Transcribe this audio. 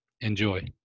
Enjoy